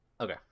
okay